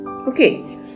Okay